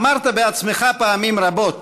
אמרת בעצמך פעמים רבות